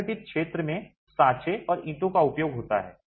असंगठित क्षेत्र में साँचे और ईंटों का उपयोग होता है